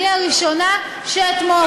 אני הראשונה שאתמוך.